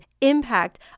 impact